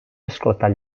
esclatar